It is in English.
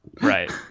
Right